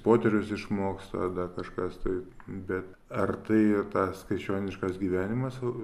poterius išmoksta dar kažkas tai bet ar tai i tas krikščioniškas gyvenimas vu